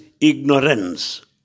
ignorance